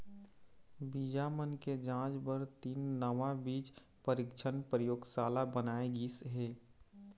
बीजा मन के जांच बर तीन नवा बीज परीक्छन परयोगसाला बनाए गिस हे